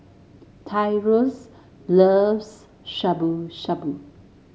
Tyrus loves Shabu Shabu